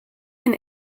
ein